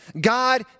God